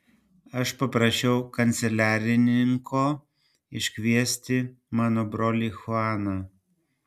aš paprašiau kanceliarininko iškviesti mano brolį chuaną